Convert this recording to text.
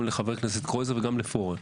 גם לחבר הכנסת קרויזר ולחבר הכנסת פורר: